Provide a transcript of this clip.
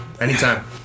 Anytime